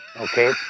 Okay